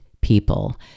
people